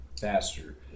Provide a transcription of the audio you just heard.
faster